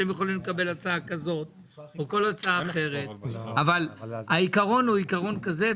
אתם יכולים לקבל הצעה כזאת או כל הצעה אחרת אבל העיקרון הוא עיקרון כזה.